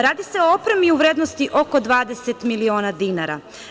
Radi se o opremi u vrednosti oko 20 miliona dinara.